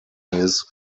his